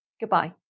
Goodbye